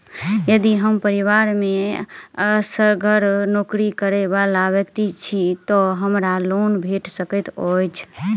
यदि हम परिवार मे असगर नौकरी करै वला व्यक्ति छी तऽ हमरा लोन भेट सकैत अछि?